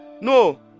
No